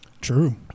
True